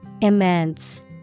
Immense